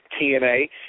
TNA